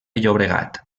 llobregat